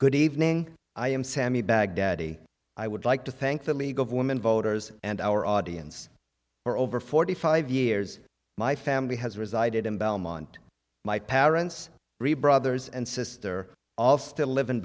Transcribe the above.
good evening i am sammy baghdadi i would like to thank the league of women voters and our audience for over forty five years my family has resided in belmont my parents re brothers and sister all still liv